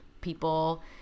people